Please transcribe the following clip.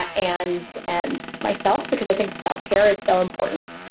ah and and myself because i think self care is so important.